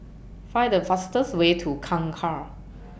Find The fastest Way to Kangkar